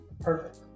Perfect